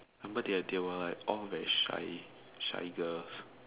I remember they they were like all very shy shy girls